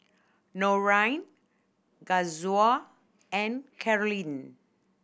Norine Kazuo and Carolynn